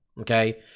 okay